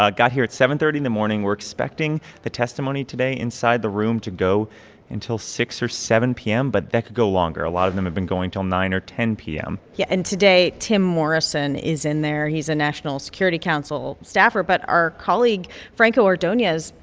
ah got here at seven thirty in the morning. we're expecting the testimony today inside the room to go until six or seven p m. but that could go longer a lot of them have been going till nine or ten p m. yeah. and today tim morrison is in there. he's a national security council staffer. but our colleague, franco ordonez,